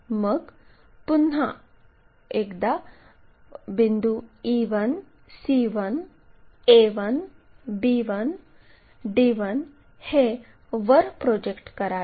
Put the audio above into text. मग पुन्हा एकदा बिंदू e1 c1 a1 b1 d1 हे वर प्रोजेक्ट करावे